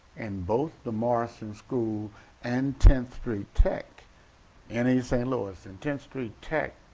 in both the morrison school and tenth street tech in east st. louis. and tenth street tech,